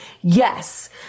Yes